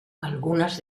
algunas